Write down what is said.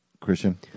Christian